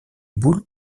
boules